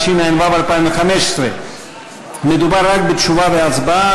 התשע"ו 2015. מדובר בתשובה והצבעה,